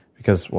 because, well,